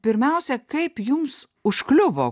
pirmiausia kaip jums užkliuvo